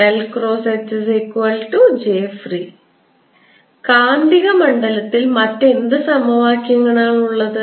HB0 M or B0HM Hjfree കാന്തിക മണ്ഡലത്തിൽ മറ്റെന്ത് സമവാക്യമാണുള്ളത്